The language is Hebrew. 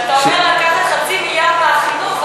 כשאתה אומר לקחת 0.5 מיליארד מהחינוך,